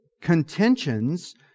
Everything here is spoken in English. contentions